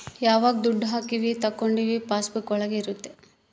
ಯಾವಾಗ ದುಡ್ಡು ಹಾಕೀವಿ ತಕ್ಕೊಂಡಿವಿ ಪಾಸ್ ಬುಕ್ ಒಳಗ ಇರುತ್ತೆ